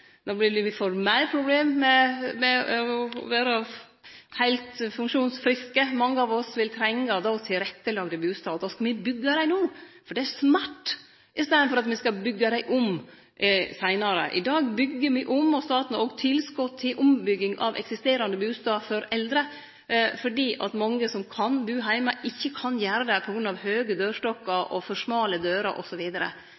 vil slike leilegheiter verte etterspurde. Og då skal me byggje dei no – for det er smart – i staden for at me skal byggje dei om seinare. I dag byggjer me om. Staten gir tilskot til ombygging av eksisterande bustader for eldre fordi mange som elles kunne ha budd heime, ikkje kan gjere det på grunn av høge